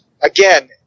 again